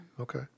Okay